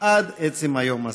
עד עצם היום הזה.